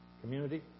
community